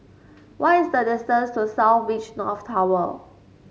what is the distance to South Beach North Tower